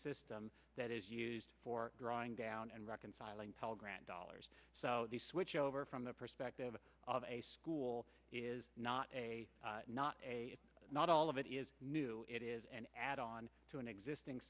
system that is used for drawing down and reconciling pell grant dollars so the switch over from the perspective of a school is not a not a not all of it is new it is an add on to an existing